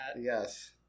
Yes